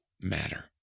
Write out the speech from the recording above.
matter